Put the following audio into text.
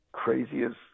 Craziest